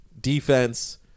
defense